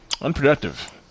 unproductive